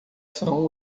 são